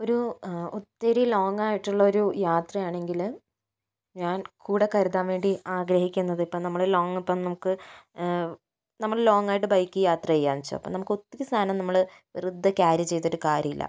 ഒരു ഒത്തിരി ലോങ്ങ് ആയിട്ടുള്ള ഒരു യാത്രയാണെങ്കിൽ ഞാൻ കൂടെ കരുതാൻ വേണ്ടി ആഗ്രഹിക്കുന്നതിപ്പോൾ നമ്മൾ ലോങ്ങിപ്പോൾ നമുക്ക് നമ്മള് ലോങ്ങായിട്ട് ബൈക്കിൽ യാത്ര ചെയ്യുകയാണെന്ന് വച്ചോ നമുക്ക് ഒത്തിരി സാധനം നമ്മള് വെറുതെ ക്യാരി ചെയ്തിട്ട് കാര്യമില്ല